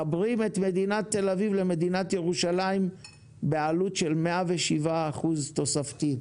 מחברים את מדינת תל אביב למדינת ירושלים בעלות של 107 אחוזים תוספתי.